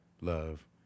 love